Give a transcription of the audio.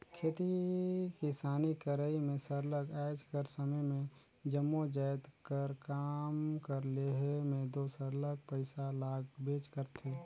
खेती किसानी करई में सरलग आएज कर समे में जम्मो जाएत कर काम कर लेहे में दो सरलग पइसा लागबेच करथे